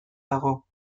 dago